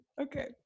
Okay